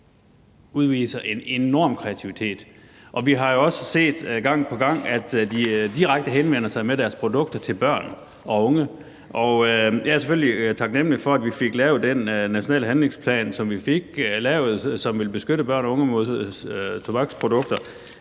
udviser en enorm kreativitet. Vi har også set gang på gang, at de direkte henvender sig med deres produkter til børn og unge. Jeg er selvfølgelig taknemlig for, at vi fik lavet den nationale handlingsplan, som vi fik lavet, og som vil beskytte børn og unge mod tobaksprodukter.